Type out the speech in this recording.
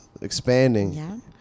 expanding